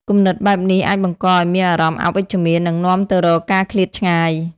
គំនិតបែបនេះអាចបង្កឱ្យមានអារម្មណ៍អវិជ្ជមាន និងនាំទៅរកការឃ្លាតឆ្ងាយ។